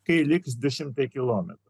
kai liks du šimtai kilometrų